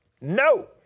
No